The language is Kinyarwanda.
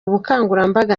bukangurambaga